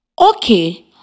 Okay